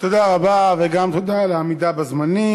תודה רבה, וגם תודה על העמידה בזמנים.